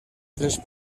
tres